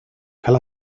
cal